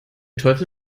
teufel